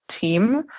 team